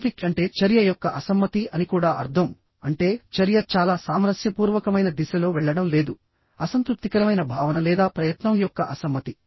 conflict అంటే చర్య యొక్క అసమ్మతి అని కూడా అర్థం అంటే చర్య చాలా సామరస్యపూర్వకమైన దిశలో వెళ్ళడం లేదు అసంతృప్తికరమైన భావన లేదా ప్రయత్నం యొక్క అసమ్మతి